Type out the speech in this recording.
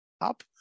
up